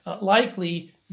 likely